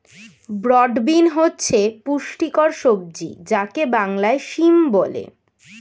broad bean হচ্ছে পুষ্টিকর সবজি যাকে বাংলায় সিম বলে